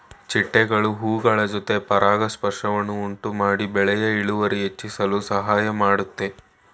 ಚಿಟ್ಟೆಗಳು ಹೂಗಳ ಜೊತೆ ಪರಾಗಸ್ಪರ್ಶವನ್ನು ಉಂಟುಮಾಡಿ ಬೆಳೆಯ ಇಳುವರಿ ಹೆಚ್ಚಿಸಲು ಸಹಾಯ ಮಾಡುತ್ತೆ